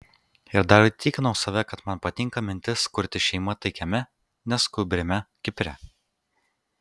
ir dar įtikinau save kad man patinka mintis kurti šeimą taikiame neskubriame kipre